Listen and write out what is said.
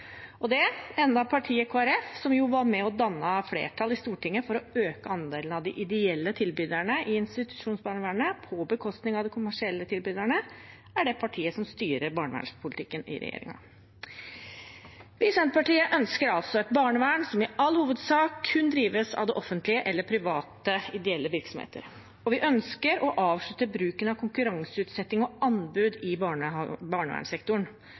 Og det er selv om partiet Kristelig Folkeparti, som var med og dannet flertall i Stortinget for å øke andelen av de ideelle tilbyderne i institusjonsbarnevernet på bekostning av de kommersielle tilbyderne, er det partiet som styrer barnevernspolitikken i regjeringen. Vi i Senterpartiet ønsker et barnevern som i all hovedsak kun drives av det offentlige eller private ideelle virksomheter. Vi ønsker å avslutte bruken av konkurranseutsetting og anbud i barnevernssektoren,